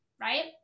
right